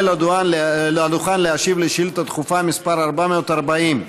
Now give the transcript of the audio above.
לדוכן להשיב על שאילתה דחופה מס' 440,